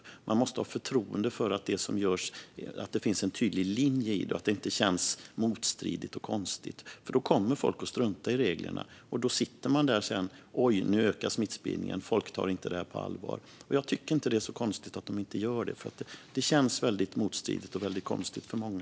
Människor måste ha förtroende för att det finns en tydlig linje i det som görs och inte tycka att det känns motstridigt och konstigt, för annars kommer folk att strunta i reglerna. Då sitter man där sedan och ser att smittspridningen ökar och att folk inte tar det på allvar. Jag tycker inte att det är så konstigt att de inte gör det, för det känns väldigt motstridigt och konstigt för många.